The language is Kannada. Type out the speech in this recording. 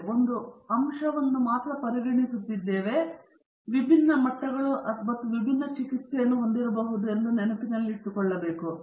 ಹಾಗಾಗಿ ನಾವು ಒಂದು ಅಂಶವನ್ನು ಮಾತ್ರ ಪರಿಗಣಿಸುತ್ತಿದ್ದೇವೆ ಮತ್ತು ಅವರು ವಿಭಿನ್ನ ಮಟ್ಟಗಳು ಅಥವಾ ವಿಭಿನ್ನ ಚಿಕಿತ್ಸೆಯನ್ನು ಹೊಂದಿರಬಹುದು ಎಂದು ನಾವು ನೆನಪಿನಲ್ಲಿಟ್ಟುಕೊಳ್ಳಬೇಕು